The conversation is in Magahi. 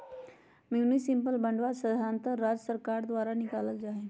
म्युनिसिपल बांडवा साधारणतः राज्य सर्कार द्वारा निकाल्ल जाहई